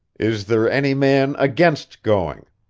is there any man against going?